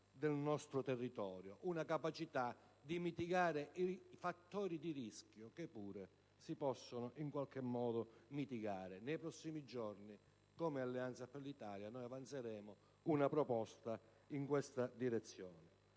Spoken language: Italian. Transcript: del nostro territorio e una capacità di mitigare i fattori di rischio che pure si possono, in qualche modo, mitigare. Nei prossimi giorni, come Alleanza per l'Italia, noi avanzeremo una proposta in questa direzione.